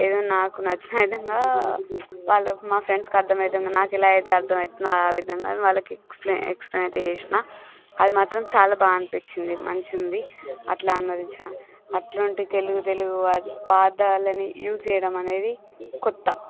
ఏదో నాకు నచ్చిన విధంగా వాళ్ళకు మా ఫ్రెండ్స్కి అర్థమయ్యే విధంగా నాకు ఎలా అయితే అర్థం అవుతుందో ఆ విధంగానే వాళ్ళకి ఎక్స్ప్లెయిన్ ఎక్స్ప్లెయిన్ అయితే చేసాను అది మాత్రం చాలా బాగా అనిపించింది మంచి ఉంది అట్లా అనువదించాను అట్లాంటి తెలుగు తెలుగు వారి పదాలని యూస్ చేయడం అనేది కొత్త